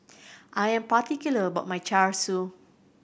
I am particular about my Char Siu